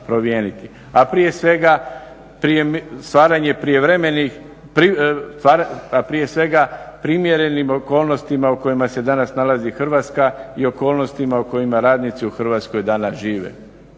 a prije svega primjerenim okolnostima u kojima se danas nalazi Hrvatska i okolnostima u kojima radnici u Hrvatskoj danas žive.